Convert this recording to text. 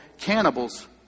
cannibals